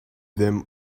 them